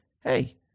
Hey